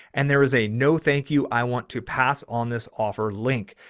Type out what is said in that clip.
and there is a no thank you. i want to pass on this offer link.